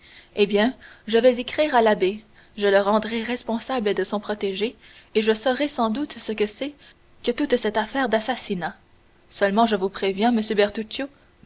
eh bien je vais écrire à l'abbé je le rendrai responsable de son protégé et je saurai sans doute ce que c'est que toute cette affaire d'assassinat seulement je vous préviens monsieur